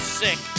sick